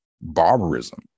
barbarism